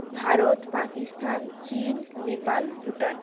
Bharat Pakistan Chin Nepal Bhutan